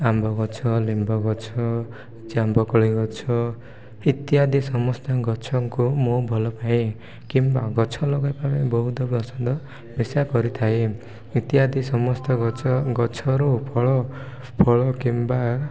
ଆମ୍ବ ଗଛ ଲିମ୍ବ ଗଛ ଜାମ୍ବ କୋଳି ଗଛ ଇତ୍ୟାଦି ସମସ୍ତ ଗଛଙ୍କୁ ମୁଁ ଭଲ ପାଏ କିମ୍ବା ଗଛ ଲଗାଇବା ପାଇଁ ବହୁତ ପସନ୍ଦ ଇଚ୍ଛା କରିଥାଏ ଇତ୍ୟାଦି ସମସ୍ତ ଗଛ ଗଛରୁ ଫଳ ଫଳ କିମ୍ବା